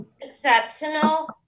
exceptional